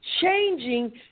changing